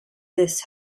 this